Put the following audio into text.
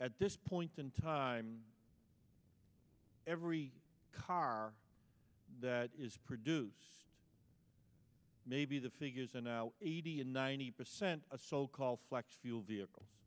at this point in time every car that is produced maybe the figures and eighty and ninety percent of so called flex fuel vehicles